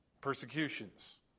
persecutions